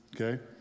Okay